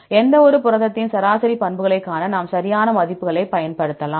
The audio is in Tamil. எந்தவொரு புரதத்தின் சராசரி பண்புகளை காண நாம் சரியான மதிப்புகளைப் பயன்படுத்தலாம்